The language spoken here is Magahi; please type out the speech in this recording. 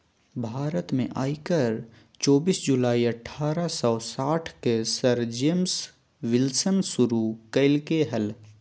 भारत में आयकर चोबीस जुलाई अठारह सौ साठ के सर जेम्स विल्सन शुरू कइल्के हल